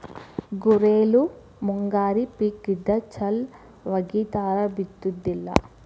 ಗುರೆಳ್ಳು ಮುಂಗಾರಿ ಪಿಕ್ ಇದ್ದ ಚಲ್ ವಗಿತಾರ ಬಿತ್ತುದಿಲ್ಲಾ